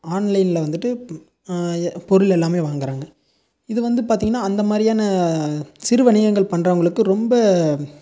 ஆன்லைன்ல வந்துட்டு பொருள் எல்லாமே வாங்குறாங்க இது வந்து பார்த்திங்கனா அந்த மாதிரியான சிறுவணிகங்கள் பண்ணுறவங்களுக்கு ரொம்ப